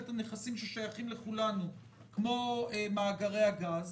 את הנכסים ששייכים לכולנו כמו מאגרי הגז,